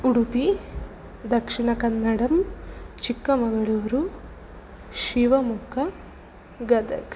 उडुपि दक्षिणकन्नडं चिक्कमगलूरु शिवमोग्ग गदग्